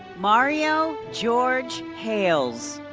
mario george hayles.